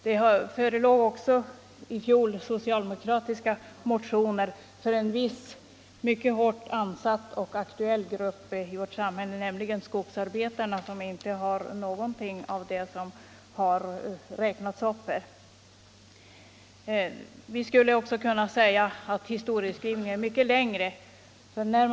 Det förelåg också i fjol socialdemokratiska motioner för en viss mycket hårt ansatt och aktuell grupp i vårt samhälle, nämligen skogsarbetarna, som inte har några av de förmåner som räknats upp här. Man skulle också kunna låta historieskrivningen gå mycket längre tillbaka i tiden.